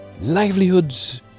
livelihoods